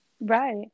Right